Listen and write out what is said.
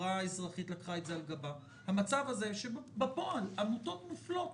והחברה האזרחית לקחה את זה על גבה המצב הוא שבפועל עמותות מופלות.